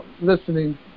listening